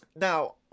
Now